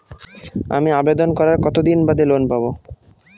আমি আবেদন করার কতদিন বাদে লোন পাব?